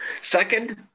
Second